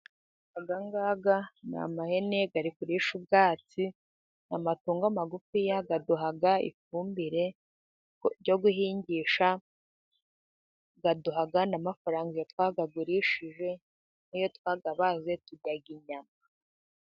Aya ngaya ni amahene ari kurisha ubwatsi ,amatungo magufi aduha ifumbire yo guhingisha, aduha n'amafaranga iyo twayagurishije n'iyo twayabaze turya inyama.